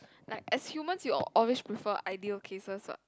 like as humans you would always prefer ideal cases lah